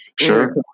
Sure